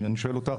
אני שואל אותך.